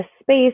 space